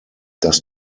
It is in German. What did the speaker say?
dass